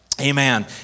amen